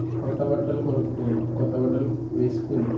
కొత్త బట్టలు కొనుక్కుని కొత్త బట్టలు వేసుకుని